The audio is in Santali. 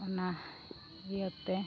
ᱚᱱᱟ ᱤᱭᱟᱹᱛᱮ